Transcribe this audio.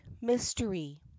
Mystery